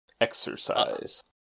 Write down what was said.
Exercise